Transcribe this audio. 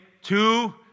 two